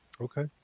Okay